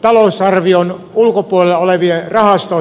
talousarvion ulkopuolella oleviin rahastoihin